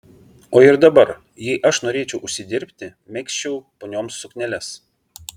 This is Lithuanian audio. o ir dabar jei aš norėčiau užsidirbti megzčiau ponioms sukneles